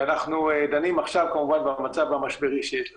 אנחנו דנים עכשיו כמובן במצב המשברי שיש לנו.